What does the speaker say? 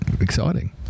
exciting